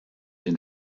den